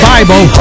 Bible